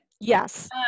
yes